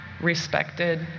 respected